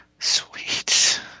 Sweet